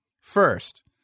First